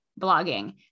blogging